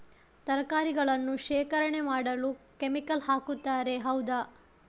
ತರಕಾರಿಗಳನ್ನು ಶೇಖರಣೆ ಮಾಡಲು ಕೆಮಿಕಲ್ ಹಾಕುತಾರೆ ಹೌದ?